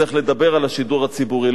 צריך לדבר על השידור הציבורי.